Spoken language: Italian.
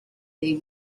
dei